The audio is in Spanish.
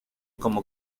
como